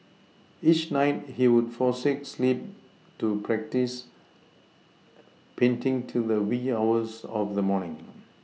each night he would forsake sleep to practise painting to the wee hours of the morning